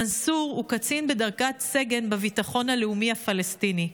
מנסור הוא קצין בדרגת סגן בביטחון הלאומי הפלסטיני,